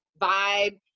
vibe